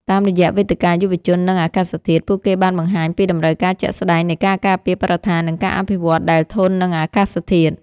តាមរយៈវេទិកាយុវជន និងអាកាសធាតុ ពួកគេបានបង្ហាញពីតម្រូវការជាក់ស្ដែងនៃការការពារបរិស្ថាន និងការអភិវឌ្ឍដែលធន់នឹងអាកាសធាតុ។